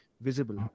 visible